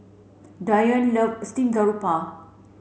Dionne love steamed garoupa